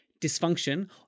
dysfunction